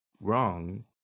wrong